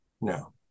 no